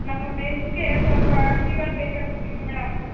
ನಮ್ಮ ಮೆಸ್ಗೆ ಸ್ವಲ್ಪ ಅಕ್ಕಿಗಳು ಬೇಕಾಗಿತ್ತು ಮೇಡಮ್